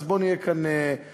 אז בואו נהיה כאן אמיתיים.